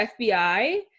FBI